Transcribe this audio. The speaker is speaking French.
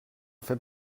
fait